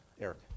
eric